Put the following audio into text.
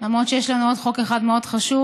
למרות שיש לנו עוד חוק אחד מאוד חשוב,